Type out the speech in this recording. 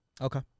Okay